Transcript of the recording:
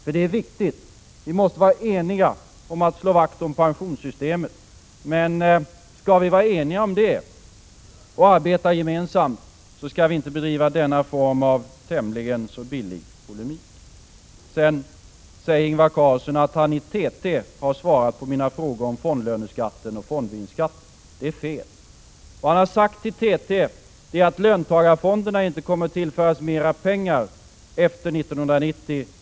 Detta är viktigt, för vi måste vara eniga om att slå vakt om pensionssystemet. Men skall vi vara eniga om detta och arbeta gemensamt, skall vi inte bedriva denna form av tämligen så billig polemik. Ingvar Carlsson säger att han i en TT-intervju har svarat på mina frågor om fondlöneskatten och fondvinstskatten. Det är fel. Vad han har sagt till TT är att löntagarfonderna inte kommer att tillföras mera pengar efter år 1990.